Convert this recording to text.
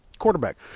quarterback